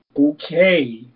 okay